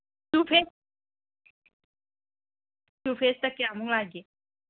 two ꯐꯦꯁꯇ ꯀꯌꯥꯃꯨꯛ ꯌꯥꯒꯦ